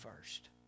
first